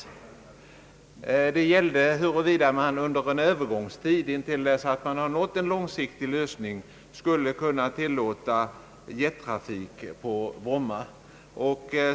Diskussionen gällde då huruvida man under en övergångstid, intill dess en långsiktig lösning uppnåtts, skulle kunna tillåta jettrafik på Bromma.